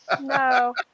no